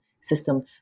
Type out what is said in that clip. system